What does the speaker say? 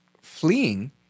fleeing